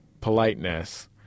politeness